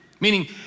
Meaning